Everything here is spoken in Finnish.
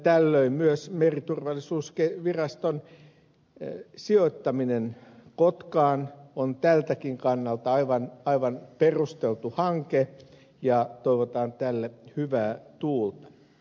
tällöin myös meriturvallisuusviraston sijoittaminen kotkaan on tältäkin kannalta aivan perusteltu hanke ja toivotan tälle hyvää tuulta